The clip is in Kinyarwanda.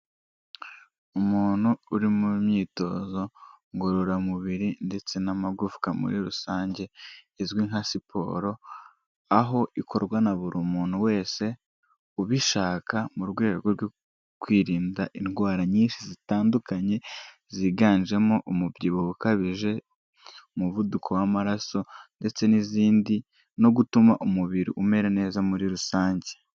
Umuntu uri mu myitozo ngororamubiri ndetse n'amagufwa muri rusange azwi nka siporo, aho ikorwa na buri muntu wese ubishaka mu rwego rwo kwirinda indwara nyinshi zitandukanye ziganjemo umubyibuho ukabije, umuvuduko w'amaraso ndetse n'izindi no gutuma umubiri umera neza muri rusange.